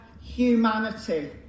humanity